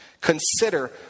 Consider